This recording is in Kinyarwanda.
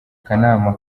kanama